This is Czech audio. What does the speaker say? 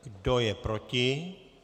Kdo je proti?